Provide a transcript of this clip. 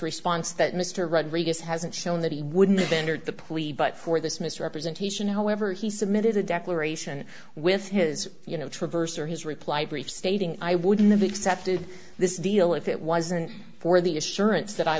response that mr rodriguez hasn't shown that he wouldn't even heard the police but for this misrepresentation however he submitted a declaration with his you know traverse or his reply brief stating i wouldn't have accepted this deal if it wasn't for the assurance that i